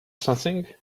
something